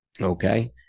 okay